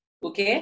Ok